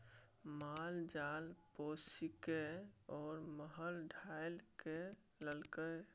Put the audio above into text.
माल जाल पोसिकए ओ महल ठाढ़ कए लेलकै